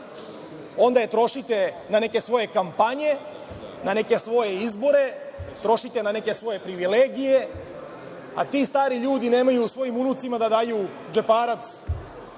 onda je trošite na neke svoje kampanje, na neke svoje izbore, trošite na neke svoje privilegije, a ti stari ljudi nemaju svojim unucima da daju džeparac.